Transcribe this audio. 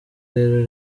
rero